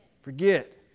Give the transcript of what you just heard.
forget